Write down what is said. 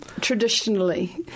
traditionally